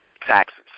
taxes